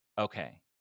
Okay